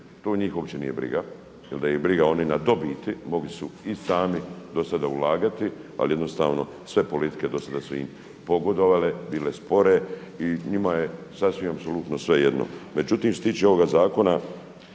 to njih uopće nije briga jer da ih je briga oni na dobiti mogli su i sami do sada ulagati ali jednostavno sve politike do sada su im pogodovale, bile spore i njima je sasvim apsolutno svejedno. Međutim, što se tiče ovoga zakona